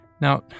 Now